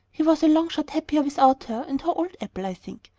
he was a long shot happier without her and her old apple, i think,